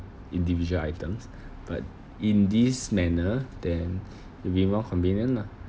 individual items but in this manner then it'll be more convenient lah